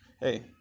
hey